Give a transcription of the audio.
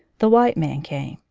the white man came,